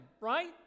Right